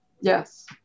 Yes